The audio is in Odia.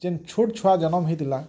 ଯେନ୍ ଛୋଟ୍ ଛୁଆ ଜନମ୍ ହେଇଥିଲା